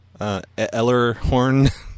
Ellerhorn